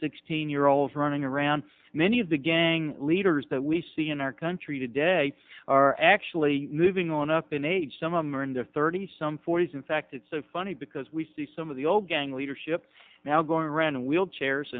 sixteen year olds running around many of the gang leaders that we see in our country today are actually moving on up in age some are in their thirty's some forty's in fact it's so funny because we see some of the old gang leadership now going around and wheelchairs